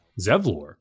zevlor